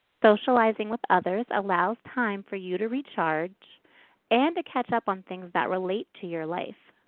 socializing with others allows time for you to recharge and to catch up on things that relate to your life.